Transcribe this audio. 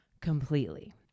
completely